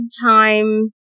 time